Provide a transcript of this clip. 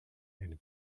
and